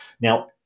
Now